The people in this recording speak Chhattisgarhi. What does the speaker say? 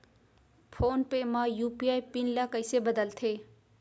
फोन पे म यू.पी.आई पिन ल कइसे बदलथे?